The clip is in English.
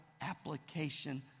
application